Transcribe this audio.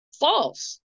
false